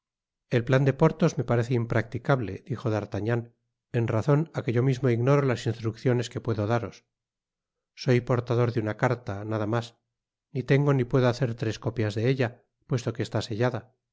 el plan de porthos me parece impracticable dijo d'artagnan en razon á que yo mismo ignoro las instrucciones que puedo daros soy portador de una carta nada mas ni tengo ni puedo hacer tres copias de ella puesto que está sellada